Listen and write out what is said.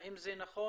האם זה נכון